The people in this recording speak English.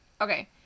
Okay